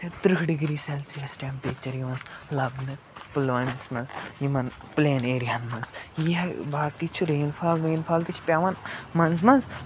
تٕرٛہ degree Celsius temperature لَبنہٕ پُلوٲمِس منٛز یِمَن پٕلین ایریاہَن منٛز یہِ ہَے باقٕے چھُ رین فال وین فال تہِ چھِ پٮ۪وان منٛزٕ منٛزٕ